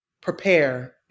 prepare